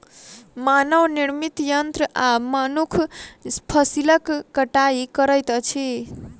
मानव निर्मित यंत्र आ मनुख फसिलक कटाई करैत अछि